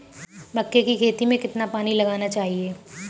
मक्के की खेती में कितना पानी लगाना चाहिए?